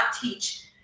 teach